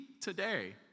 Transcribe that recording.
today